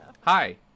Hi